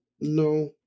no